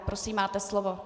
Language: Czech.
Prosím, máte slovo.